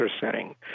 setting